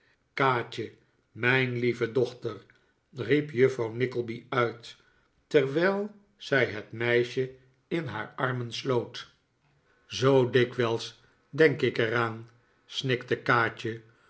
kaatje mijn lieve dochter riep juffrouw nickleby uit terwijl zij het meisje in haar armen sloot nikola as nickleby zoo dikwijls denk ik er aan snikte kaatje